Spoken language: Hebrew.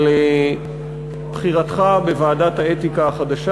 על בחירתך בוועדת האתיקה החדשה.